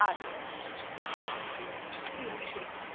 اچھا اچھا اچھا اچھا ٹھیک ہے ٹھیک ہے